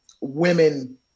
women